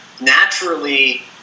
naturally